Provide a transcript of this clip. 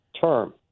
term